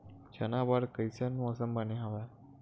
चना बर कइसन मौसम बने हवय?